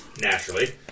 Naturally